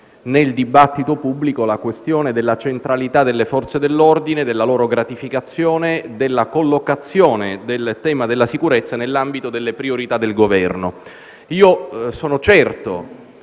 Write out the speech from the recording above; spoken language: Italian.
nel dibattito pubblico la questione della centralità delle Forze dell'ordine, della loro gratificazione, della collocazione del tema della sicurezza nell'ambito delle priorità del Governo. Sono certo